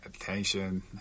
attention